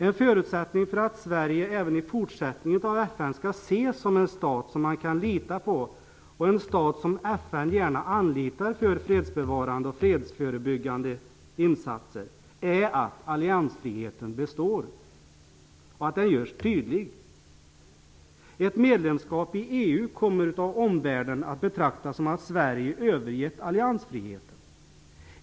En förutsättning för att Sverige även i fortsättningen skall ses som en stat som FN kan lita på och en stat som FN gärna anlitar för fredsbevarande och fredsförebyggande insatser är att alliansfriheten består. Ett medlemskap i EU kommer av omvärlden att betraktas som att Sverige har övergett alliansfriheten.